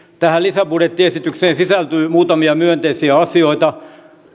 tähän lisäbudjettiesitykseen sisältyy muutamia myönteisiä asioita